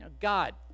God